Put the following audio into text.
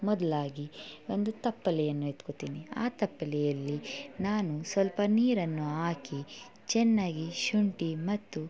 ಮೊದ್ಲಾಗಿ ಒಂದು ತಪ್ಪಲೆಯನ್ನು ಎತ್ಕೊತೀನಿ ಆ ತಪ್ಪಲೆಯಲ್ಲಿ ನಾನು ಸ್ವಲ್ಪ ನೀರನ್ನು ಹಾಕಿ ಚೆನ್ನಾಗಿ ಶುಂಠಿ ಮತ್ತು